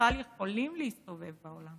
ובכלל יכולים להסתובב בעולם